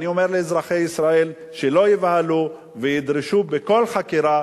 אני אומר לאזרחי ישראל שלא ייבהלו וידרשו בכל חקירה